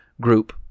group